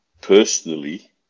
Personally